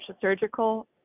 surgical